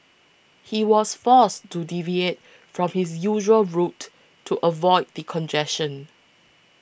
he was forced to deviate from his usual route to avoid the congestion